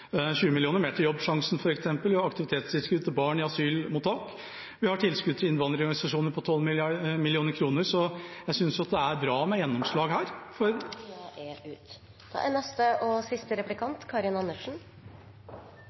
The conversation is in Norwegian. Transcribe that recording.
20 mill. kr mer til Jobbsjansen, vi har aktivitetstilskudd til barn i asylmottak, vi har tilskudd til innvandrerorganisasjoner på 12 mill. kr. Så jeg synes at det er bra med gjennomslag her for Taletiden er ute. Jeg er glad for at Venstre og